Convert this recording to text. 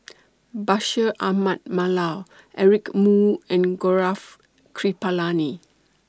Bashir Ahmad Mallal Eric Moo and Gaurav Kripalani